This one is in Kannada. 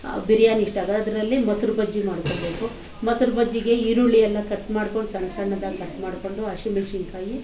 ಬಿರಿಯಾನಿ ಇಷ್ಟ ಆದರೆ ಅದರಲ್ಲಿ ಮೊಸ್ರು ಬಜ್ಜಿ ಮಾಡಿಕೊಡ್ಬೇಕು ಮೊಸ್ರು ಬಜ್ಜಿಗೆ ಈರುಳ್ಳಿ ಎಲ್ಲ ಕಟ್ ಮಾಡ್ಕೊಂಡು ಸಣ್ಣ ಸಣ್ದಾಗಿ ಕಟ್ ಮಾಡ್ಕೊಂಡು ಹಸಿಮೆಣ್ಸಿನ್ಕಾಯಿ